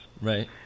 Right